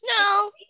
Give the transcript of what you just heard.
No